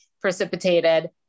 precipitated